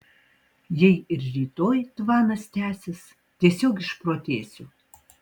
jei ir rytoj tvanas tęsis tiesiog išprotėsiu